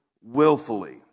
willfully